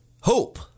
hope